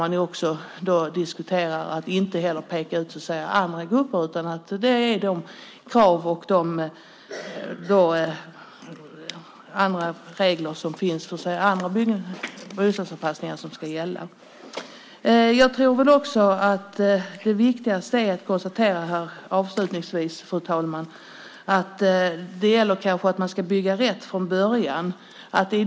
Man diskuterar också om att inte peka ut andra grupper heller, utan det är krav och regler för andra bostadsanpassningar som finns som ska gälla. Fru talman! Avslutningsvis: Viktigast att konstatera är att det gäller att bygga rätt från början.